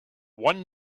one